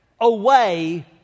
away